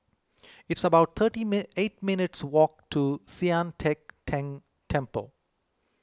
It's about thirty eight minutes' walk to Sian Teck Tng Temple